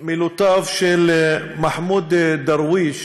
מילותיו של מחמוד דרוויש,